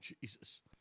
Jesus